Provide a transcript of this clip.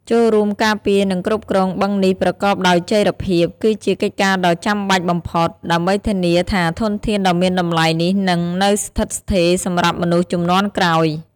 ចូលរួមការពារ និងគ្រប់គ្រងបឹងនេះប្រកបដោយចីរភាព គឺជាកិច្ចការដ៏ចាំបាច់បំផុត ដើម្បីធានាថាធនធានដ៏មានតម្លៃនេះនឹងនៅស្ថិតស្ថេរសម្រាប់មនុស្សជំនាន់ក្រោយ។